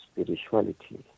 spirituality